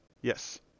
Yes